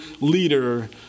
leader